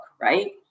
right